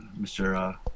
Mr